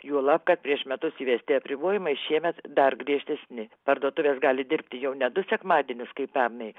juolab kad prieš metus įvesti apribojimai šiemet dar griežtesni parduotuvės gali dirbti jau ne du sekmadienius kaip pernai